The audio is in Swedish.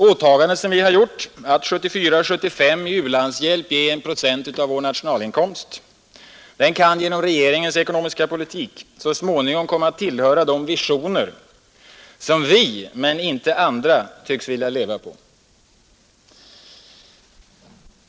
Åtagandet att budgetåret 1974/75 i u-landshjälp ge 1 procent av vår bruttonationalprodukt kan genom regeringens ekonomiska politik så småningom komma att tillhöra de visioner som vi men inte andra tycks vilja leva på.